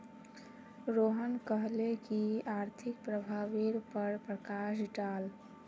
रोहन कहले की आर्थिक प्रभावेर पर प्रकाश डाल